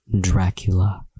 Dracula